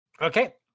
Okay